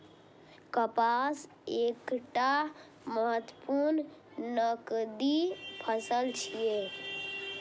कपास एकटा महत्वपूर्ण नकदी फसल छियै